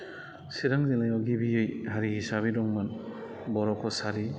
चिरां जिल्लायाव गिबियै हारि हिसाबै दंमोन बर' कसारि